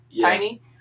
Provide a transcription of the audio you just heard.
tiny